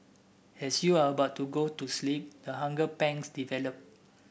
as you are about to go to sleep the hunger pangs develop